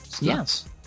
Yes